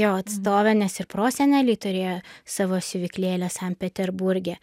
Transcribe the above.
jo atstove nes ir proseneliai turėjo savo siuvyklėlę sant peterburge